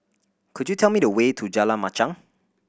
could you tell me the way to Jalan Machang